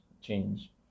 change